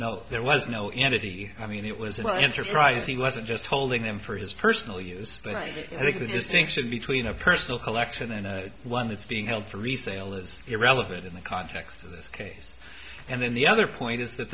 no there was no entity i mean it was about enterprising lesson just holding him for his personal use but i think the distinction between a personal collection and one that's being held for resale is irrelevant in the context of this case and then the other point is that